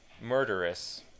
murderous